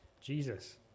jesus